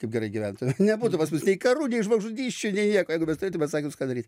kaip gerai gyventume nebūtų pas nei karų nei žmogžudysčių nei nieko jeigu mes turėtume atsakymus ką daryt